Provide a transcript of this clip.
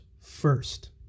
first